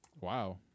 Wow